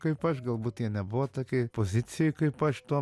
kaip aš galbūt jie nebuvo tokioj pozicijoj kaip aš tuo